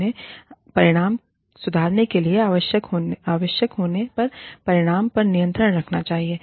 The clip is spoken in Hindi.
और उन्हें परिणाम को सुधारने के लिए आवश्यक होने पर परिणाम पर नियंत्रण रखना चाहिए